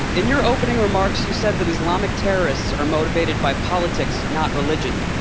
in your opening remarks you said that islamic terrorists are motivated by politics, not religion.